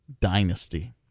dynasty